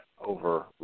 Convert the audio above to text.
Over